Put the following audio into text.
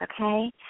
Okay